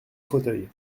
fauteuil